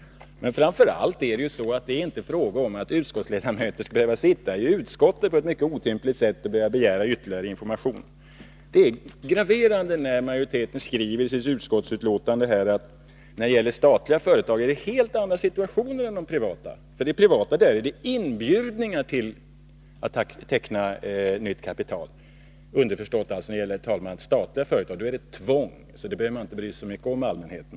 Men framför allt är det ju inte fråga om att utskottsledamöter skall behöva sitta i utskottet för att där på ett mycket otympligt sätt kunna begära ytterligare information. Det är graverande när majoriteten skriver i sitt betänkande att situationen när det gäller statliga företag är en helt annan än när det gäller privata, för i de privata företagen inbjuder man till att teckna nytt kapital. Underförstått är alltså, herr talman, att i fråga om statliga företag råder det tvång, så i det fallet behöver man inte bry sig så mycket om allmänheten.